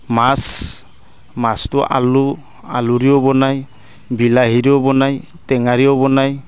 মাছ মাছটো আলু আলুৰেও বনায় বিলাহীৰেও বনায় টেঙাৰেও বনায়